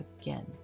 again